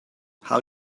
how